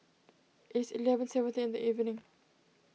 is eleven seventeen in the evening